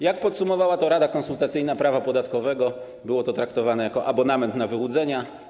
Jak podsumowała to Rada Konsultacyjna Prawa Podatkowego, było to traktowane jak abonament na wyłudzenia.